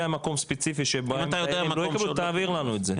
אם אתה יודע מקום ספציפי תעביר לנו את זה,